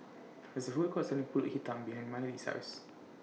There IS A Food Court Selling Pulut Hitam behind Mylee's House